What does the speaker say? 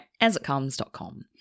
asitcomes.com